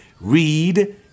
read